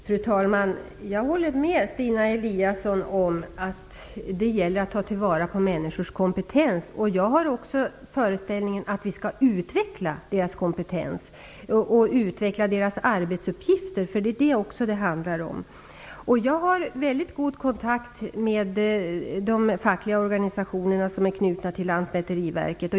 Fru talman! Jag håller med Stina Eliasson om att det gäller att ta till vara människors kompetens. Jag har också den föreställningen att vi skall utveckla deras kompetens och deras arbetsuppgifter. Det är också detta det handlar om. Jag har mycket god kontakt med de fackliga organisationer som är knutna till Lantmäteriverket.